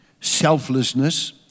Selflessness